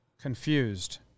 Confused